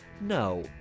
No